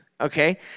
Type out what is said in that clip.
okay